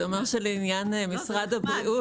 (2)החליטה ועדת החוקה לאשר את הצעת ההכרזה,